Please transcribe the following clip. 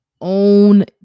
own